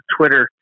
Twitter